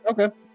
Okay